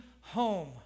home